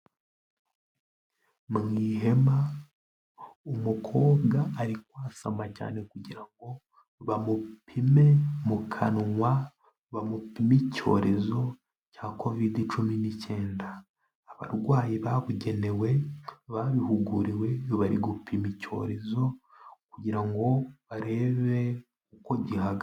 Mu ihema umukobwa ari kwasama cyane kugira ngo bamupime mu kanwa, bamupime icyorezo cya Covid cumi n'ikenda. Abarwayi babugenewe babihuguriwe bari gupima icyorezo kugira ngo barebe uko gihagaze.